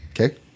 Okay